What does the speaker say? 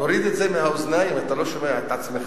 תוריד את זה מהאוזניים, אתה לא שומע את עצמך.